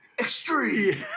extreme